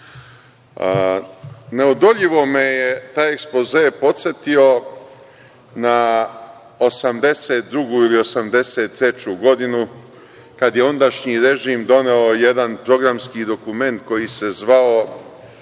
period. Neodoljivo me je taj ekspoze podsetio na 1982. ili 1983. godinu, kada je ondašnji režim doneo jedan programski dokument koji se zvao